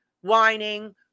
whining